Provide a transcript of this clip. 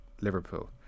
Liverpool